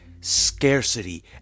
Scarcity